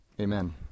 Amen